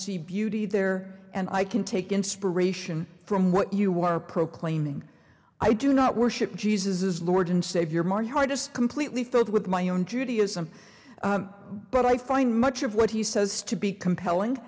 see beauty there and i can take inspiration from what you were proclaiming i do not worship jesus lord and savior my hardest completely filled with my own judaism but i find much of what he says to be compelling